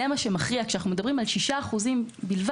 זה מה שמכריע כשאנחנו מדברים על 6% בלבד?